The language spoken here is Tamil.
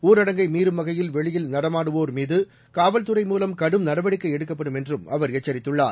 ஊரடங்கை மீறும் வகையில் வெளியே நடமாடுவோர்மீது காவல்துறை மூலம் கடும் நடவடிக்கை எடுக்கப்படும் என்றும் அவர் எச்சரித்துள்ளார்